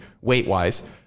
weight-wise